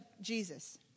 Jesus